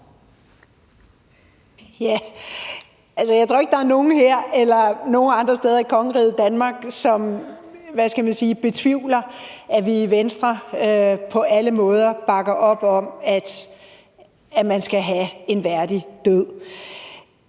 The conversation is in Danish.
jeg tror ikke, der er nogen her eller andre steder i Kongeriget Danmark, som, hvad skal man sige, betvivler, at vi i Venstre på alle måder bakker op om, at man skal have en værdig død.